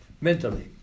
Mentally